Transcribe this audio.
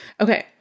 Okay